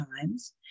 times